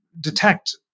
detect